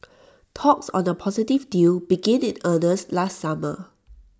talks on A possible deal began in earnest last summer